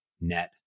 .NET